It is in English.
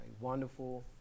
wonderful